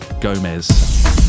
Gomez